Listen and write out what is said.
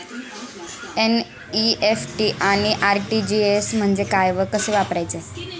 NEFT आणि RTGS म्हणजे काय व कसे वापरायचे?